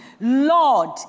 Lord